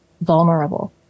vulnerable